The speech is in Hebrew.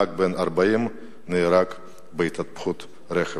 נהג בן 40 נהרג בהתהפכות רכב,